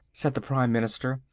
said the prime minister.